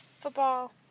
Football